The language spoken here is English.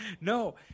No